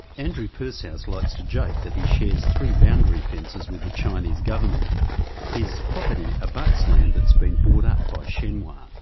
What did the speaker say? andrew pursehouse likes to joke that he shares three boundary fences with the chinese government his property abuts land that's been bought up by shenhua.